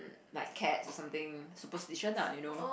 like cats or something superstition lah you know